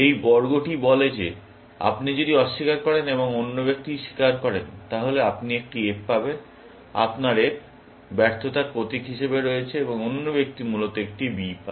এই বর্গটি বলে যে আপনি যদি অস্বীকার করেন এবং অন্য ব্যক্তি স্বীকার করেন তাহলে আপনি একটি F পাবেন আপনার F ব্যর্থতার প্রতীক হিসেবে রয়েছে এবং অন্য ব্যক্তি মূলত একটি B পায়